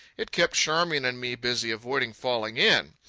it kept charmian and me busy avoiding falling in.